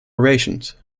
rations